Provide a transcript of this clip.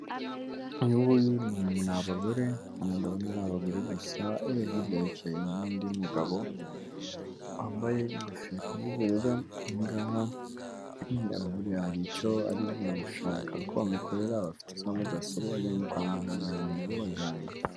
Uyu nguyu ni... abagore hano ndabona ari abagore gusa, eee.. hirya hicaye n'undi mugabo wambaye ingofero y'ubururu, aha ngaha buriya hari icyo ari gushaka ko bamukorera bafite za mudasobwa wagira ni kwa muganga ni bo baganga.